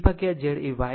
આમ y y 1 y 2